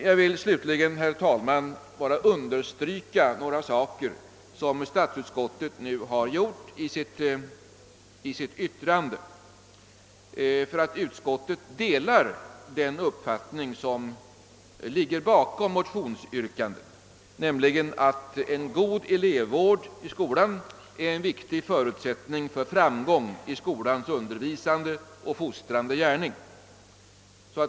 Jag vill slutligen, herr talman, endast understryka några saker som statsutskottet har framhållit i sitt utlåtande. Utskottet tycks dela den uppfattning som ligger bakom motionsyrkandet, nämligen att en god elevvård i skolan är en viktig förutsättning för framgång i skolans undervisande och fostrande gärning.